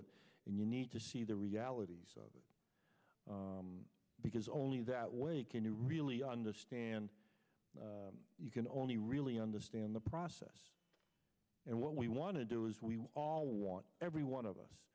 it and you need to see the realities because only that way can you really understand you can only really understand the process and what we want to do is we all want every one of us